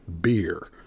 beer